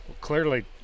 Clearly